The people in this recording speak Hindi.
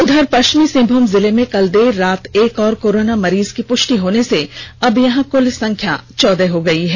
वहीं पश्चिमी सिंहभूम जिले में कल देर रात एक और कोरोना मरीज की पुष्टि होने से अब यहां कुल संख्या चौदह हो गई है